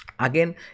Again